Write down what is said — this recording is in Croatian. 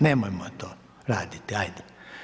Nemojmo to raditi, ajde.